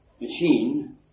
machine